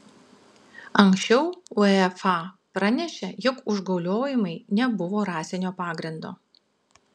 anksčiau uefa pranešė jog užgauliojimai nebuvo rasinio pagrindo